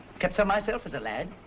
kept some myself as a lad,